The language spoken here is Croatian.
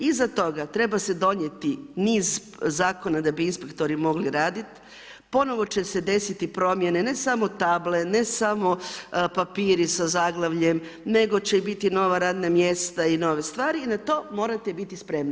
Iza toga treba se donijeti niz zakona da bi inspektori mogli raditi, ponovo će se desiti promjene, ne samo table, ne samo papiri sa zaglavljem nego će i biti nova radna mjesta i nove stvari i na to morate biti spremni.